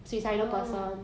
orh